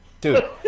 dude